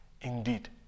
indeed